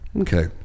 okay